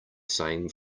same